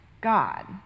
God